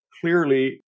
clearly